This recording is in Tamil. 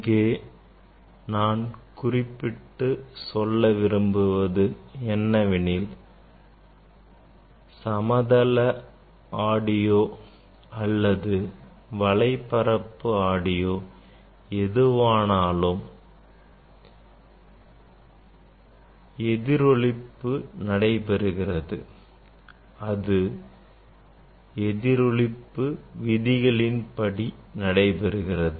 இங்கே நான் குறிப்பிட்டு சொல்ல விரும்புவது என்னவெனில் சமதள ஆடியோ அல்லது வளைபரப்பு ஆடியோ எதுவானாலும் எதிரொளிப்பு நடைபெறுகிறது அது எதிரொளிப்பு விதிகளின்படி நடைபெறுகிறது